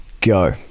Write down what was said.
go